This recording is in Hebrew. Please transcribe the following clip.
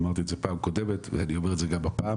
אמרתי את זה בפעם הקודמת ואני אומר את זה גם הפעם.